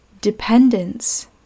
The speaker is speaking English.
Dependence